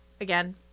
again